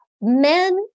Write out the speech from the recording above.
men